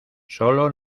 sólo